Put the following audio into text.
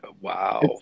Wow